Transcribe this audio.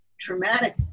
traumatic